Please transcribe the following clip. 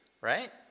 right